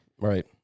Right